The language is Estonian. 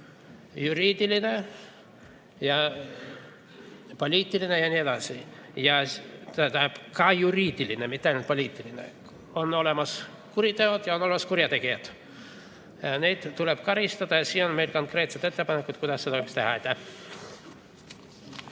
juriidiline ja poliitiline ja nii edasi. See tähendab, ka juriidiline, mitte ainult poliitiline. On olemas kuriteod ja on olemas kurjategijad. Neid tuleb karistada. Ja siin on meil konkreetsed ettepanekud, kuidas seda võiks teha.